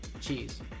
Cheese